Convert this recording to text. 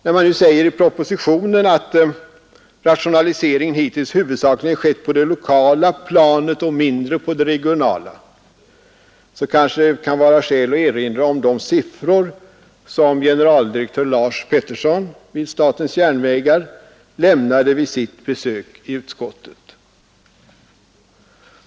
När det anförs i propositionen att rationaliseringen hittills huvudsakligen skett på det lokala planet och mindre på det regionala planet, så kanske det kan vara skäl att erinra om de siffror som generaldirektör Lars Peterson lämnade vid sitt besök i utskottet.